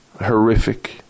horrific